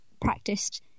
practiced